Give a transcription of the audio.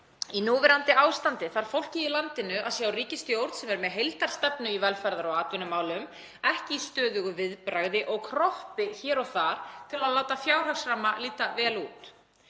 Í núverandi ástandi þarf fólkið í landinu ríkisstjórn sem er með heildarstefnu í velferðar- og atvinnumálum, ekki í stöðugu viðbragði og kroppi hér og þar til að láta fjárhagsramma líta vel út.